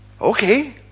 Okay